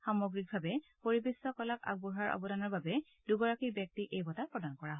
সামগ্ৰিকভাৱে পৰিবেশ্য কলাত আগবঢ়োৱা অৱদানৰ বাবে দুগৰাকী ব্যক্তিক এই বঁটা প্ৰদান কৰা হৈছে